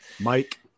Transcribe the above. Mike